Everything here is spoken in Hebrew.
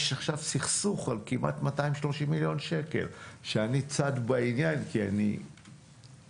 יש עכשיו סכסוך על כמעט 230 מיליון שקל שאני צד בעניין כי אני איזה